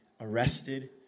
arrested